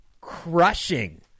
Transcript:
crushing